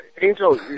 Angel